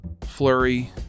Flurry